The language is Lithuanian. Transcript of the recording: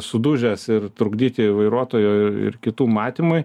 sudužęs ir trukdyti vairuotojo ir kitų matymui